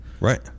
Right